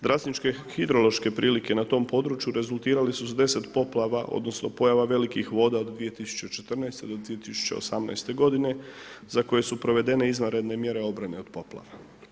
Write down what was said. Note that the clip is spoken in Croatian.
Drasničke hidrološke prilike na tom području rezultirali su s 10 poplava odnosno pojava velikih voda od 2014. do 2018. godine za koje su provedene izvanredne mjere obrane od poplava.